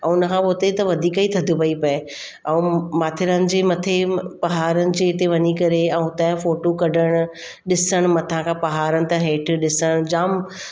ऐं उन खां पोइ उते ई त वधीक थधि पई पए ऐं माथेरान जी मथे पहाड़नि जे इते वञी करे ऐं उतां जा फ़ोटूं कढण ॾिसणु मथां पहाड़नि था हेठि ॾिसणु जाम